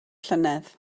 llynedd